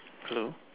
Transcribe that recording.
hello